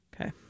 Okay